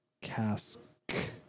cask